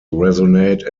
resonate